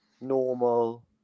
normal